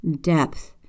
depth